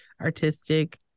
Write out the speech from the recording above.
artistic